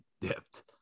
dipped